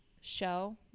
Show